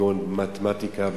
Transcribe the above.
כגון מתמטיקה,